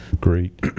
Great